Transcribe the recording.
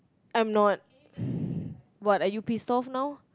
I'm not what are you pissed off now